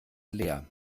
leer